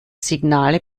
signale